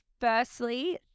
Firstly